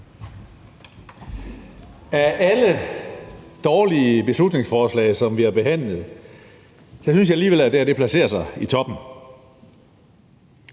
Af alle dårlige beslutningsforslag, som vi har behandlet, synes jeg alligevel at det her placerer sig i toppen.